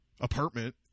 Apartment